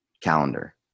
calendar